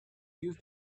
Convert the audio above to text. use